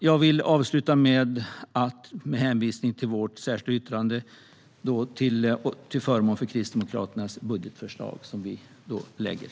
Jag vill avsluta med att hänvisa till vårt särskilda yttrande till förmån för Kristdemokraternas budgetförslag som vi har lagt fram.